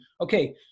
okay